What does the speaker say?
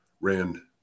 ran